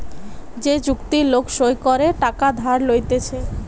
যে চুক্তি লোক সই করে টাকা ধার লইতেছে